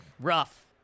rough